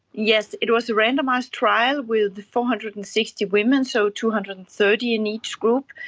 yes, it was a randomised trial with four hundred and sixty women, so two hundred and thirty in each group,